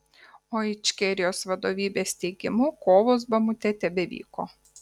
o ičkerijos vadovybės teigimu kovos bamute tebevyko